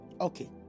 okay